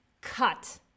cut